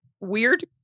weird